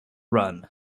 run